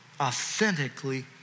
authentically